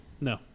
No